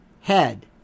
head